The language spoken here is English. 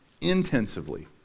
intensively